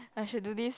I should do this